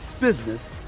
business